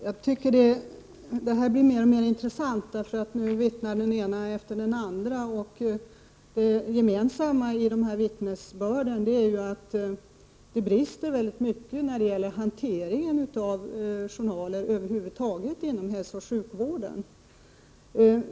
Fru talman! Detta blir mer och mer intressant, när den ena efter den andra går upp och vittnar. Det gemensamma i vittnesbörden är att det brister mycket i hanteringen av journaler över huvud taget inom hälsooch sjukvården.